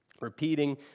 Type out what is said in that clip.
repeating